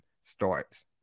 starts